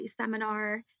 seminar